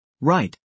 Right